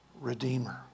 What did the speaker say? redeemer